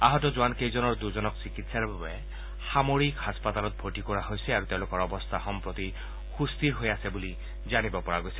আহত জোৱান কেইজনৰ দুজনক চিকিৎসাৰ বাবে সামৰিক হাস্পতালত ভৰ্তি কৰোৱা হৈছে আৰু তেওঁলোকৰ অৱস্থা সম্প্ৰতি সুস্থিৰ হৈ আছে বুলি জানিব পৰা গৈছে